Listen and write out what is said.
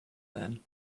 then